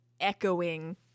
echoing